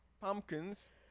pumpkins